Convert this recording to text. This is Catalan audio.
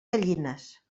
gallines